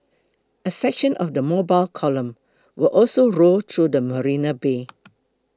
a section of the mobile column will also roll through the Marina Bay